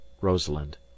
ROSALIND